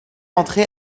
entrer